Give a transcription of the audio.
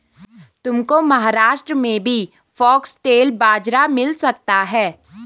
तुमको महाराष्ट्र में भी फॉक्सटेल बाजरा मिल सकता है